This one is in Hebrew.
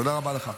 תודה רבה לך.